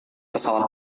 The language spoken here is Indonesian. pesawat